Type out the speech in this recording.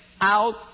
out